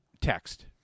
text